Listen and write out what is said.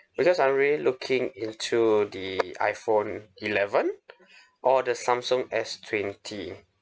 because I'm really looking into the iphone eleven or the samsung S twenty